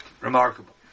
Remarkable